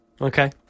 Okay